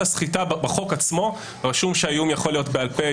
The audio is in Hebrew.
הסחיטה רשום שהאיום יכול להיות בעל-פה,